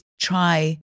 try